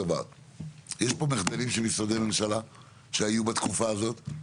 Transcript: יש פה מחדלים של משרדי ממשלה שהיו בתקופה הזאת.